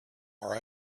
are